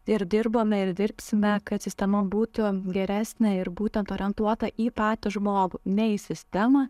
ir dirbame ir dirbsime kad sistema būtų geresnė ir būtent orientuota į patį žmogų ne į sistemą